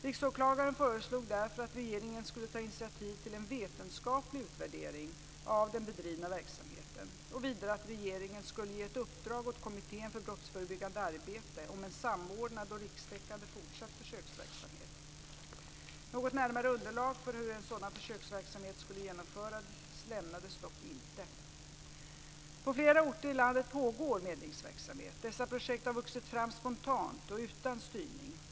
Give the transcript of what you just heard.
Riksåklagaren föreslog därför att regeringen skulle ta initiativ till en vetenskaplig utvärdering av den bedrivna verksamheten, och vidare att regeringen skulle ge ett uppdrag åt Kommittén för brottsförebyggande arbete om en samordnad och rikstäckande fortsatt försöksverksamhet. Något närmare underlag för hur en sådan försöksverksamhet skulle genomföras lämnades dock inte. På flera orter i landet pågår medlingsverksamhet. Dessa projekt har vuxit fram spontant och utan styrning.